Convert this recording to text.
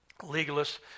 legalists